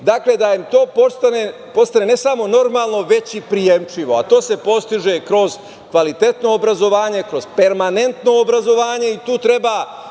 Dakle, da im to postane ne samo normalno, već i prijemčivo, a to se postiže kroz kvalitetno obrazovanje, kroz permanentno obrazovanje i tu treba